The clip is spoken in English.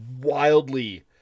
wildly